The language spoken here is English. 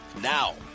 Now